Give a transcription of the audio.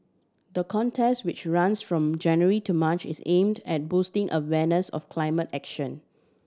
the contest which runs from January to March is aimed at boosting awareness of climate action